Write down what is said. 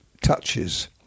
touches